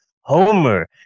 Homer